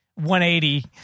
180